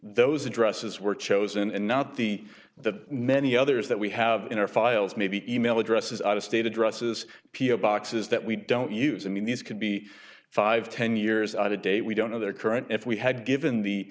those addresses were chosen and not the that many others that we have in our files maybe email addresses out of state addresses p o box is that we don't use them in these could be five ten years out of date we don't know their current if we had given the